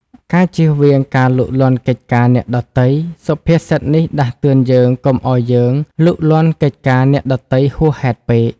ការជៀសវាងការលូកលាន់កិច្ចការអ្នកដទៃ សុភាសិតនេះដាស់តឿនយើងកុំឲ្យយើងលូកលាន់កិច្ចការអ្នកដទៃហួសហេតុពេក។